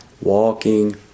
walking